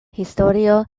historio